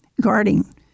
guarding